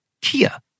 Kia